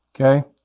Okay